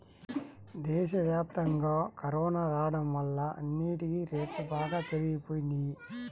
దేశవ్యాప్తంగా కరోనా రాడం వల్ల అన్నిటికీ రేట్లు బాగా పెరిగిపోయినియ్యి